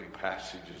passages